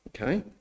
okay